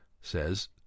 says